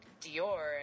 Dior